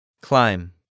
Climb